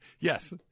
Yes